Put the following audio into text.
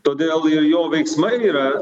todėl ir jo veiksmai yra